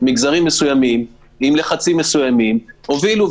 מגזרים מסוימים עם לחצים מסוימים הובילו.